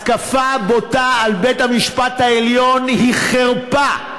התקפה בוטה על בית-המשפט העליון היא חרפה.